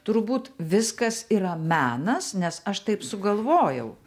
turbūt viskas yra menas nes aš taip sugalvojau